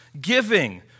giving